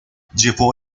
llevó